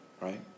right